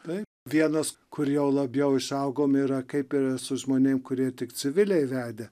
taip vienas kur jau labiau išaugom yra kaip ir su žmonėm kurie tik civiliai vedė